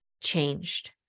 changed